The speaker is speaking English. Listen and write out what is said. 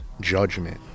judgment